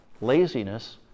laziness